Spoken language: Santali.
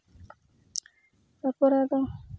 ᱛᱟᱯᱚᱨᱮ ᱟᱫᱚ